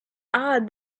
odd